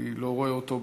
אני לא רואה אותו במליאה,